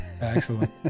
Excellent